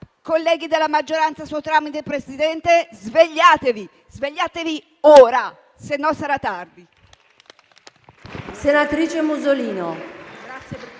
Colleghi della maggioranza - per suo tramite, Presidente - svegliatevi; svegliatevi ora, sennò sarà tardi.